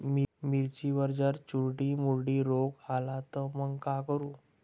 मिर्चीवर जर चुर्डा मुर्डा रोग आला त मंग का करू?